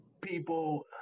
People